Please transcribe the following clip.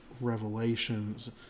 revelations